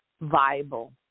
viable